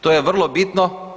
To je vrlo bitno.